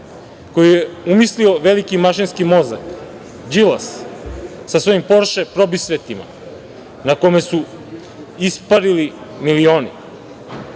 koje je umislio veliki mašinski mozak Đilas sa svojim porše probisvetima, na kome se isparili milioni. Danas